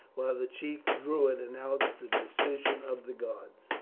while the chief druid announced the decision of the gods.